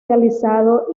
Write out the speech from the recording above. realizado